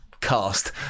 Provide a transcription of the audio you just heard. cast